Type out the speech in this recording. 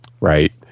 right